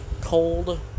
cold